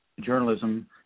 journalism